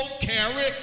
carry